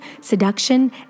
seduction